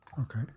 Okay